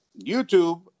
YouTube